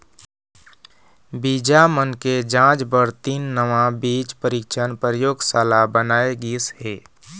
बीजा मन के जांच बर तीन नवा बीज परीक्छन परयोगसाला बनाए गिस हे